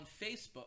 Facebook